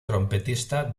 trompetista